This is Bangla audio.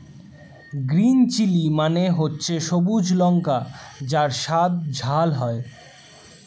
গ্রিন চিলি মানে হচ্ছে সবুজ লঙ্কা যার স্বাদ ঝাল হয়